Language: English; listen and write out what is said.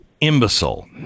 imbecile